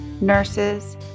Nurses